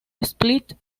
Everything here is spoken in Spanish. split